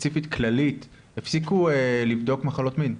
ספציפית כללית, הפסיקו לבדוק מחלות מין.